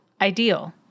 ideal